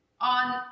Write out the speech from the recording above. on